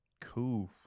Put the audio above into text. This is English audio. Cool